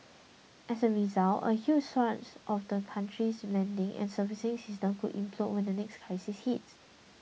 as a result a large swathe of the country's lending and servicing system could implode when the next crisis hits